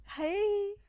hey